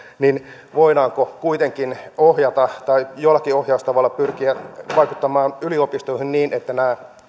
niin voidaanko kuitenkin ohjata tai jollakin ohjaustavalla pyrkiä vaikuttamaan yliopistoihin niin että nämä